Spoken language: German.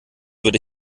würde